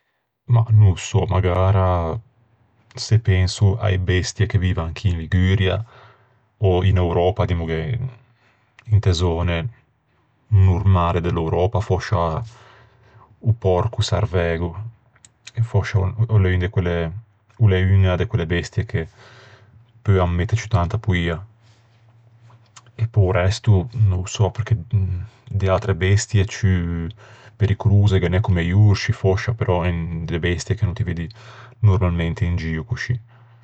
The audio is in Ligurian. Mah, no ô sò, magara se penso a-e bestie che vivan chì in Liguria, ò in Euröpa, dimmoghe, inte zöne normale de l'Euröpa, fòscia o pòrco sarvægo. Che fòscia o l'é un de quelle uña de quelle bestie che peuan mette ciù tanta poia. E pe-o resto no ô sò, perché de atre bestie ciù pericolose ghe n'é, comme i orsci, fòscia, però en de bestie che no ti veddi normalmente in gio coscì.